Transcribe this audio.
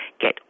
get